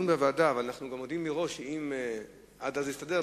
אנחנו מודיעים מראש שאם עד אז זה יסתדר,